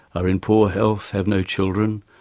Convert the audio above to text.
are in poor health, have no children,